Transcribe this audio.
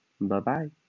Bye-bye